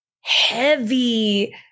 heavy